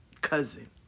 cousin